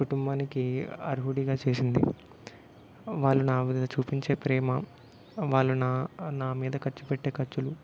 కుటుంబానికి అర్హుడిగా చేసింది వాళ్ళు నా మీద చూపించే ప్రేమ వాళ్ళు నా నా మీద ఖర్చు పెట్టే ఖర్చులు